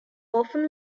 often